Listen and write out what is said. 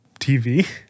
TV